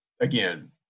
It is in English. again